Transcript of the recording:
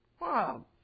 Wow